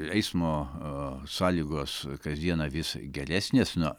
eismo sąlygos kasdieną vis geresnės nuo